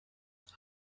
icyo